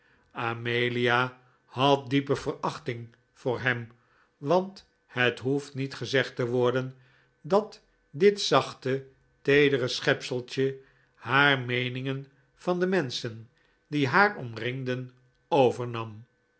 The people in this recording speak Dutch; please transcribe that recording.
amelia had diepe verachting voor hem want het hoeft niet gezegd te worden dat dit zachte teedere schepseltje haar meeningen van de menschen die haar omringden overnam